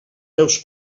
meus